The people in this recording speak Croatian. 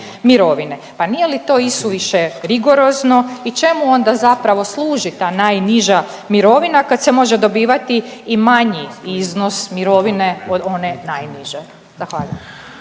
Pa nije li to isuviše rigorozno i čemu onda zapravo služi ta najniža mirovina kad se može dobivati i manji iznos mirovine od one najniže? Zahvaljujem.